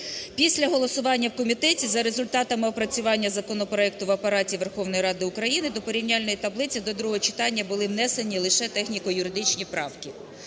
Після голосування в комітеті за результатами опрацювання законопроекту в Апараті Верховної Ради України до порівняльної таблиці до другого читання були внесені лише техніко-юридичні правки.